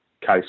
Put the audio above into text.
case